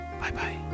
Bye-bye